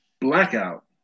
blackout